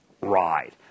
ride